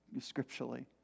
scripturally